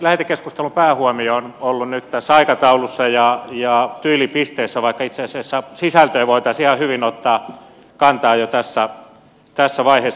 lähetekeskustelun päähuomio on ollut nyt tässä aikataulussa ja tyylipisteissä vaikka itse asiassa sisältöön voitaisiin ihan hyvin ottaa kantaa jo tässä vaiheessa